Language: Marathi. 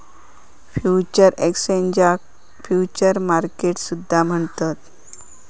फ्युचर्स एक्सचेंजाक फ्युचर्स मार्केट सुद्धा म्हणतत